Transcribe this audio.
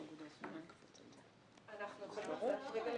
אני יכולה להתייחס?